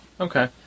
Okay